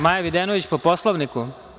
Maja Videnović, po Poslovniku.